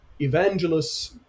evangelists